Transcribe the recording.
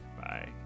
Bye